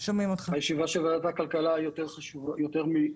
הישיבה של ועדת כלכלה יותר מחשובה